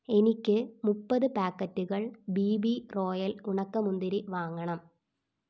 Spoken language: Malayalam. എനിക്ക് മുപ്പത് പാക്കറ്റുകൾ ബി ബി റോയൽ ഉണക്കമുന്തിരി വാങ്ങണം